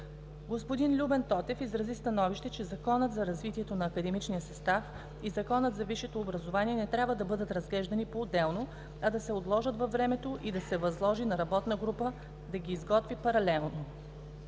Господин Любен Тотев изрази становище, че Законът за развитието на академичния състав и Законът за висшето образование не трябва да бъдат разглеждани поотделно, а да се отложат във времето и да се възложи на работна група да ти изготви паралелно.